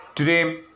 Today